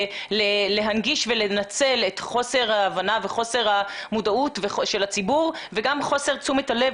להנגיש ולנצל את חוסר ההבנה וחוסר המודעות של הציבור וגם את חוסר תשומת הלב